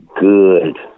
good